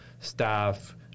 staff